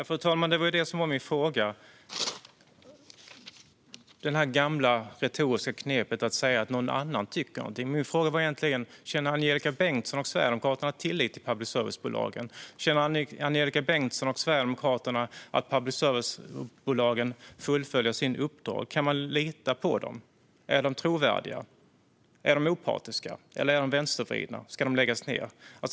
Fru talman! Det var ju det som var min fråga. Det är ett gammalt retoriskt knep att säga att någon annan tycker någonting. Min fråga var egentligen: Känner Angelika Bengtsson och Sverigedemokraterna tillit till public service-bolagen? Känner Angelika Bengtsson och Sverigedemokraterna att public service-bolagen fullföljer sitt uppdrag? Kan man lita på dem? Är de trovärdiga? Är de opartiska, eller är de vänstervridna? Ska de läggas ned?